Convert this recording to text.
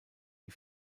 die